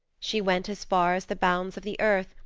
she went as far as the bounds of the earth,